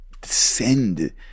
descend